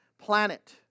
planet